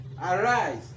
Arise